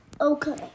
Okay